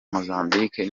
mozambique